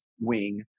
wing